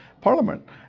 parliament